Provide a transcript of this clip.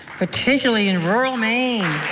particularly in rural maine.